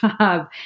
job